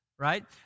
right